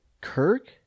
Kirk